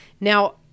Now